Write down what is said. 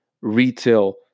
retail